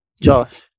josh